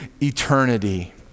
eternity